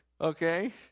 Okay